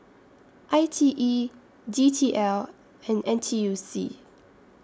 I T E D T L and N T U C